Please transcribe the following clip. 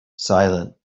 silent